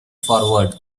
forward